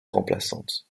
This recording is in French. remplaçante